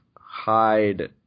hide